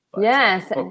yes